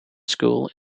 school